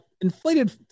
inflated